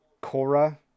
Cora